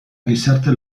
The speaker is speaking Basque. gizarte